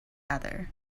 other